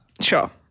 Sure